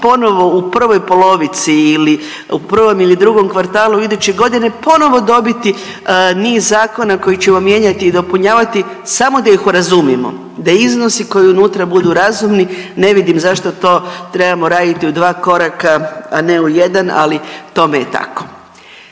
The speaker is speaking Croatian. ponovno u prvoj polovici ili u prvom ili drugom kvartalu iduće godine ponovo dobiti niz zakona koji ćemo mijenjati i dopunjavati samo da ih urazumimo, da iznosi koji unutra budu razumni, ne vidim zašto to trebamo raditi u dva koraka, a ne u jedan, ali tome je tako.